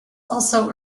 also